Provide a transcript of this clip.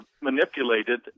manipulated